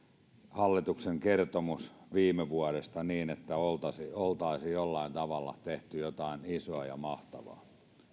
hallituksen kertomus viime vuodesta niin että oltaisiin oltaisiin jollain tavalla tehty jotain isoa ja mahtavaa